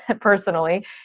personally